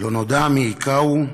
לא נודע מי הִכהו".